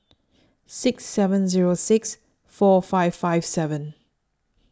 six seven Zero six four five five seven